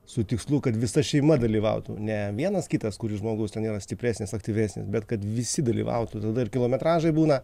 su tikslu kad visa šeima dalyvautų ne vienas kitas kuris žmogus ten vienas stipresnis aktyvesnis bet kad visi dalyvautų tada ir kilometražai būna